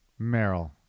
Meryl